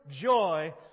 joy